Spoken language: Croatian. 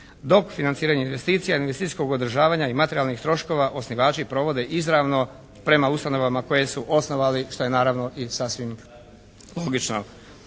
dok financiranje investicija, investicijskog održavanja i materijalnih troškova osnivači provode izravno prema ustanovama koje su osnovali što je naravno i sasvim logično.